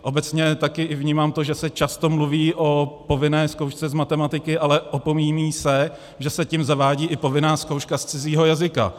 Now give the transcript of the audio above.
Obecně také vnímám to, že se často mluví o povinné zkoušce z matematiky, ale opomíjí se, že se tím zavádí i povinná zkouška z cizího jazyka.